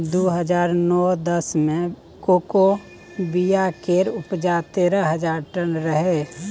दु हजार नौ दस मे कोको बिया केर उपजा तेरह हजार टन रहै